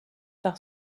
par